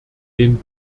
den